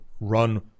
run